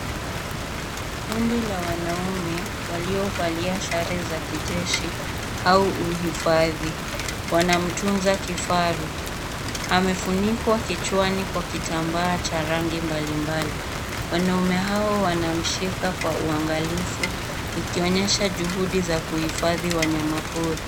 Kundi la wanaume waliovalia sare za kijeshi au uhifadhi. Wanamtunza kifaru. Amefunikwa kichwani kwa kitambaa cha rangi mbalimbali. Wanaume hawa wanamshika kwa uangalifu ikionyesha juhudi za kuhifadhi wanyamapori.